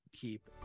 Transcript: keep